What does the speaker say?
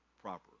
proper